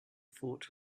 thought